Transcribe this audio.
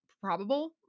probable